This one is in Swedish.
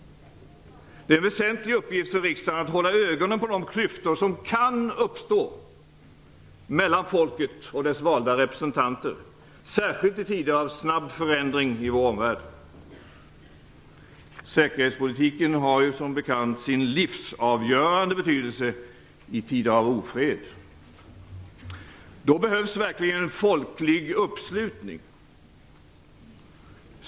Det är en väsentlig uppgift för riksdagen att hålla ögonen på de klyftor som kan uppstå mellan folket och dess valda representanter, särskilt i tider av snabb förändring i vår omvärld. Säkerhetspolitiken har som bekant sin livsavgörande betydelse i tider av ofred. Då behövs verkligen folklig uppslutning.